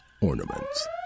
ornaments